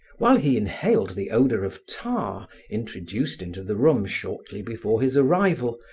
while he inhaled the odor of tar, introduced into the room shortly before his arrival,